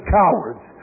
cowards